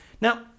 Now